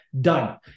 done